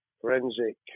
forensic